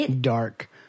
dark